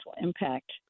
impact